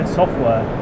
software